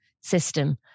system